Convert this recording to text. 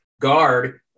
guard